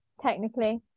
technically